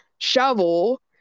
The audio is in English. shovel